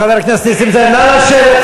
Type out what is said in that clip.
חבר הכנסת נסים זאב, נא לשבת.